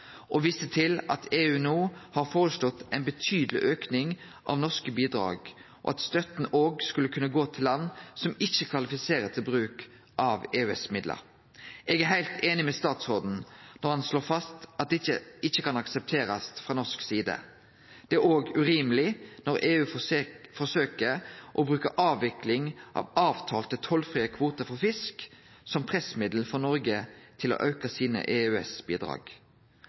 og viste til at EU no har foreslått ein betydeleg auke av norske bidrag, og at støtta òg skulle kunne gå til land som ikkje kvalifiserer til bruk av EØS-midlar. Eg er heilt einig med statsråden når han slår fast at det ikkje kan aksepterast frå norsk side. Det er òg urimeleg når EU forsøkjer å bruke avvikling av avtalte tollfrie kvotar for fisk som pressmiddel for å få Noreg til å auke EØS-bidraga sine.